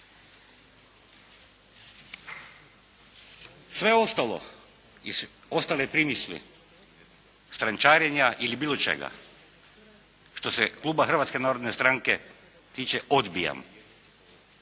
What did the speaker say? Sve ostalo i ostale primisli strančarenja ili bilo čega što se kluba Hrvatske narodne stranke tiče odbijam,